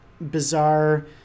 bizarre